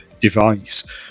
device